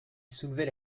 soulevait